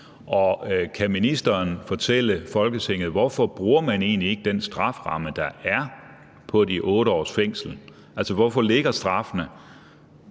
Kan ministeren fortælle Folketinget: Hvorfor bruger man egentlig ikke den strafferamme, der er, på de 8 års fængsel? Altså, hvorfor ligger straffene